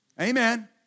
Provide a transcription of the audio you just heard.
Amen